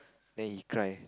then he cry